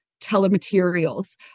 telematerials